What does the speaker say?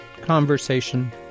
conversation